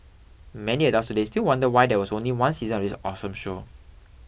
many adults today still wonder why there was only one season of this awesome show